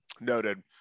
Noted